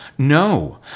No